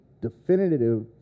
definitive